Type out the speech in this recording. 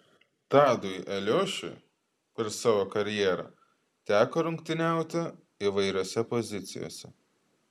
tadui eliošiui per savo karjerą teko rungtyniauti įvairiose pozicijose